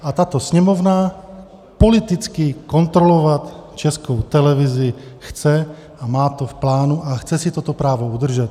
A tato Sněmovna politicky kontrolovat Českou televizi chce a má to v plánu a chce si toto právo udržet.